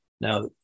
Now